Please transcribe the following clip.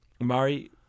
Murray